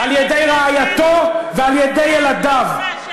על-ידי רעייתו ועל-ידי ילדיו.